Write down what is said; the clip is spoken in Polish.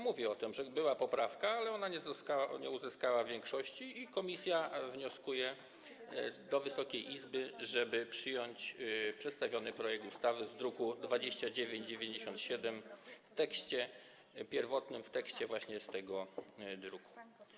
Mówię o tym, że była poprawka, ale ona nie uzyskała uznania większości i komisja wnosi do Wysokiej Izby, żeby przyjąć przedstawiony projekt ustawy z druku nr 2997 w tekście pierwotnym, w tekście właśnie z tego druku.